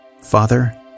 Father